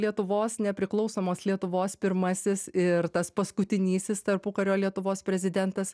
lietuvos nepriklausomos lietuvos pirmasis ir tas paskutinysis tarpukario lietuvos prezidentas